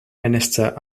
minister